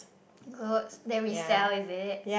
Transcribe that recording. clothes that we sell is it